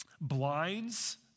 blinds